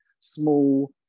small